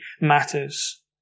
matters